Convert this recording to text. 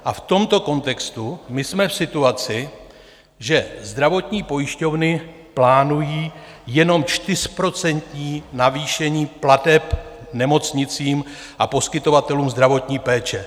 A v tomto kontextu jsme v situaci, že zdravotní pojišťovny plánují jenom 4% navýšení plateb nemocnicím a poskytovatelům zdravotní péče.